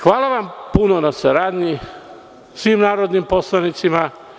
Hvala vam puno na saradnji, svimnarodnim poslanicima.